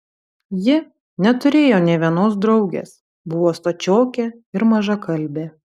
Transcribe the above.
ji neturėjo nė vienos draugės buvo stačiokė ir mažakalbė